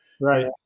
Right